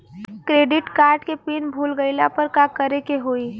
Credit card के PIN भूल गईला पर का करे के होई?